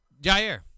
Jair